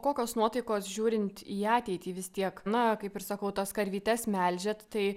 kokios nuotaikos žiūrint į ateitį vis tiek na kaip ir sakau tas karvytes melžiat tai